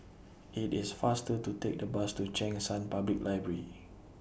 IT IS faster to Take The Bus to Cheng San Public Library